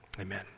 Amen